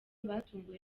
batunguwe